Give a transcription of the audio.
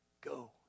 Go